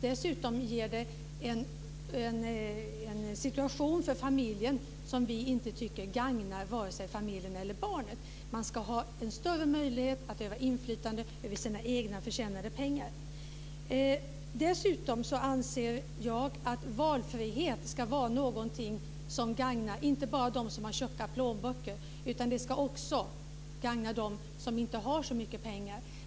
Dessutom ger den en situation för familjen som vi inte tycker gagnar vare sig familjen eller barnet. Man ska ha en större möjlighet att utöva inflytande över sina egna förtjänade pengar. Dessutom anser jag att valfrihet ska vara någonting som gagnar inte bara dem som har tjocka plånböcker, utan den ska också gagna dem som inte har så mycket pengar.